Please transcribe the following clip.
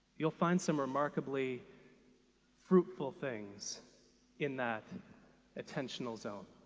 you'll find some remarkably fruitful things in that attentional zone.